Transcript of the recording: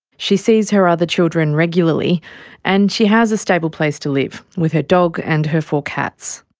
she sees her other children regularly and she has a stable place to live with her dog and her four cats.